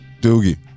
Doogie